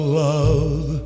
love